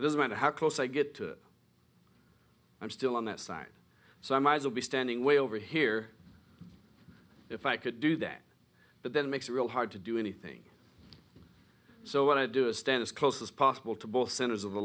no matter how close i get to it i'm still on that side so i might as we'll be standing way over here if i could do that but then makes it real hard to do anything so what i do is stand as close as possible to both centers of the